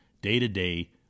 day-to-day